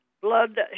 blood